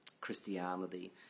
Christianity